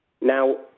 Now